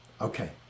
Okay